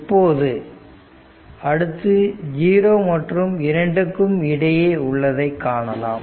இப்போது அடுத்து 0 மற்றும் 2 க்கும் இடையே உள்ளதை காணலாம்